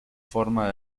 forma